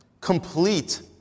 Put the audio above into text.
complete